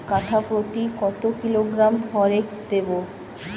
কাঠাপ্রতি কত কিলোগ্রাম ফরেক্স দেবো?